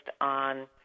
on